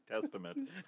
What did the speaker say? testament